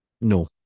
No